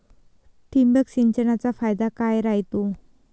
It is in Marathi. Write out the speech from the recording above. ठिबक सिंचनचा फायदा काय राह्यतो?